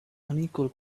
unequal